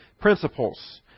principles